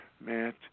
Matt